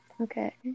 Okay